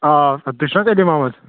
آ آ تُہۍ چھِو نہ حَظ علی محمد